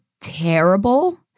terrible